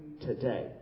today